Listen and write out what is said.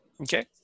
Okay